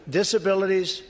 disabilities